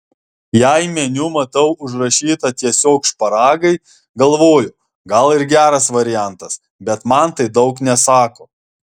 jei meniu matau užrašyta tiesiog šparagai galvoju gal ir geras variantas bet man tai daug nesako